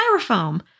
styrofoam